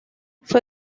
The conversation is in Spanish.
fue